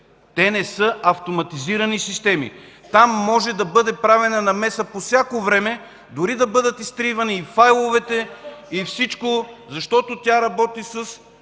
Те не са автоматизирани системи! Там може да има намеса по всяко време, дори да бъдат изтривани файлове, защото тя работи с